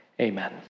Amen